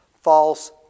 False